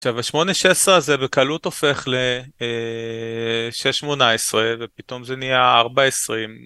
עכשיו השמונה שש עשרה הזה בקלות הופך לשש שמונה עשרה ופתאום זה נהיה ארבע עשרים